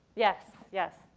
yes, yes,